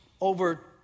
over